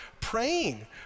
praying